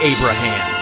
Abraham